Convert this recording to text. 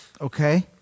Okay